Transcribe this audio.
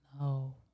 No